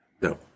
No